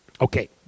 Okay